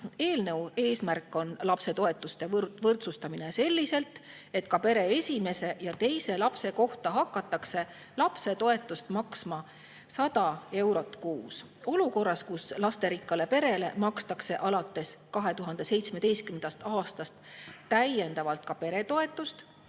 Eelnõu eesmärk on lapsetoetuste võrdsustamine selliselt, et ka pere esimese ja teise lapse kohta hakatakse lapsetoetust maksma 100 eurot kuus. Olukorras, kus lasterikkale perele makstakse alates 2017. aastast täiendavalt ka peretoetust,